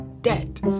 debt